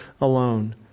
alone